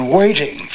waiting